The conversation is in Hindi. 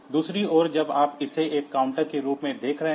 दूसरी ओर जब आप इसे एक काउंटर के रूप में देख रहे हैं